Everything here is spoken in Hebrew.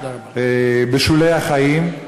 בשולי החיים,